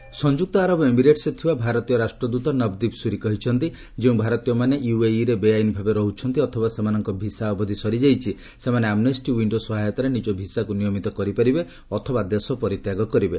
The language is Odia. ସୁରି ଭିସା ସଂଯୁକ୍ତ ଆରବ ଏମିରେଟ୍ସରେ ଥିବା ଭାରତୀୟ ରାଷ୍ଟ୍ରଦୂତ ନବ୍ଦ୍ୱୀପ ସୁରି କହିଛନ୍ତି ଯେ ଯେଉଁ ଭାରତୀୟମାନେ ୟୁଏଇରେ ବେଆଇନ୍ ଭାବେ ରହୁଛନ୍ତି ଅଥବା ସେମାନଙ୍କ ଭିସା ଅବଧି ସରିଯାଇଛି ସେମାନେ 'ଆମେଷ୍ଟି ୱିଶ୍ଡୋ' ସହାୟତାରେ ନିଜ ଭିସାକୁ ନିୟମିତ କରିପାରିବେ ଅଥବା ଦେଶ ପରିତ୍ୟାଗ କରିବେ